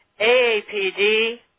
AAPD